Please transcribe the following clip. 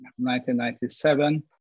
1997